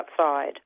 outside